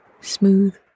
smooth